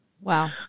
Wow